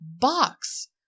box